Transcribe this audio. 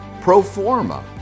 Proforma